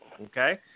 Okay